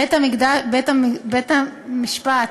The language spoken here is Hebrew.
בית-המקדש, בית-המשפט